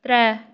त्रै